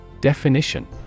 Definition